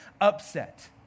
upset